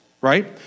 Right